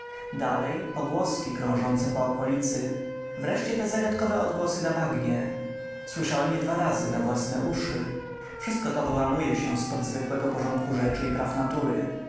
dalej pogłoski krążące po okolicy wreszcie te zagadkowe odgłosy na bagnie słyszałem je dwa razy na własne uszy wszystko to wyłamuje się z pod zwykłego porządku rzeczy i praw natury